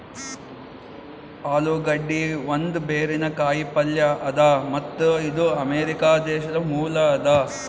ಆಲೂಗಡ್ಡಿ ಒಂದ್ ಬೇರಿನ ಕಾಯಿ ಪಲ್ಯ ಅದಾ ಮತ್ತ್ ಇದು ಅಮೆರಿಕಾ ದೇಶದ್ ಮೂಲ ಅದಾ